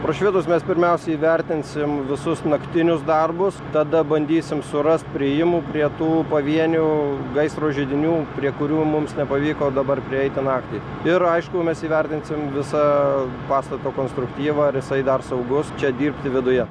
prašvitus mes pirmiausia įvertinsim visus naktinius darbus tada bandysim surast priėjimų prie tų pavienių gaisro židinių prie kurių mums nepavyko dabar prieiti naktį ir aišku mes įvertinsim visą pastato konstruktyvą ar jisai dar saugus čia dirbti viduje